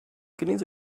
kidneys